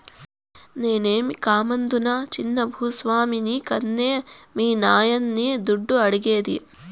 నేనేమీ కామందునా చిన్న భూ స్వామిని కన్కే మీ నాయన్ని దుడ్డు అడిగేది